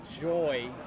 joy